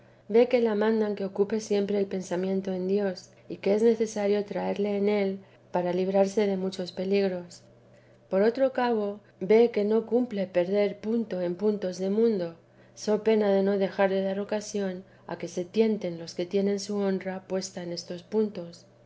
ve que la mandan que ocupe siempre el pensamiento en dios y que es necesario traerle en él para librarse de muchos peligros por otro cabo ve que no cumple perder punto en puntos de mundo so pena de no dejar de dar ocasión a que se tienten los que tienen su honra puesta en estos puntos